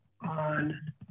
on